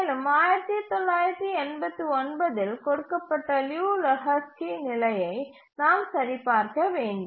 மேலும் 1989 இல் கொடுக்கப்பட்ட லியு லெஹோஸ்கி நிலையை நாம் சரிபார்க்க வேண்டும்